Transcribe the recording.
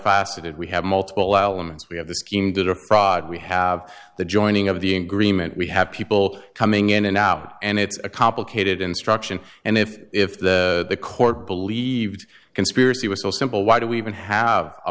multifaceted we have multiple elements we have the skiing that are fraud we have the joining of the agreement we have people coming in and out and it's a complicated instruction and if if the court believed conspiracy was so simple why do we even have a